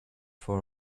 for